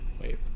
Wait